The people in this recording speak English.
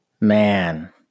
man